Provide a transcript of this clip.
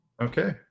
Okay